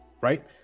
Right